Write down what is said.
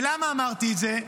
ולמה אמרתי את זה?